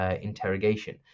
interrogation